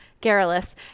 garrulous